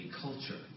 culture